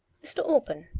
mr. alban,